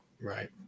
Right